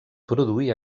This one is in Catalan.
produir